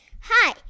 Hi